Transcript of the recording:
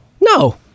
no